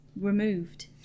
removed